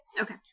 Okay